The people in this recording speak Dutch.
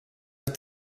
het